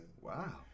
Wow